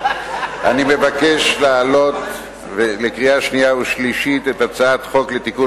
אני מבקש להעלות לקריאה שנייה ושלישית את הצעת חוק לתיקון